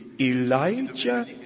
Elijah